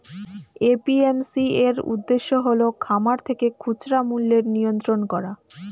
APMC এর উদ্দেশ্য হল খামার থেকে খুচরা মূল্যের নিয়ন্ত্রণ করা